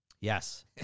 Yes